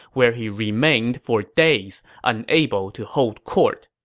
where he remained for days, unable to hold court.